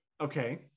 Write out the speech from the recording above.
Okay